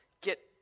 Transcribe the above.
get